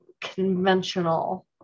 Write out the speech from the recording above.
conventional